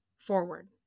forward